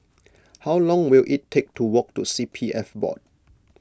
how long will it take to walk to C P F Board